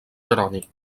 jeroni